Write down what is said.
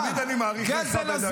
תמיד אני מאריך לך בדקה.